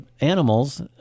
Animals